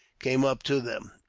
came up to them.